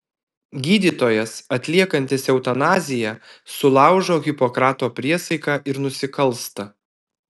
gydytojas atliekantis eutanaziją sulaužo hipokrato priesaiką ir nusikalsta